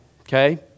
okay